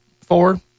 four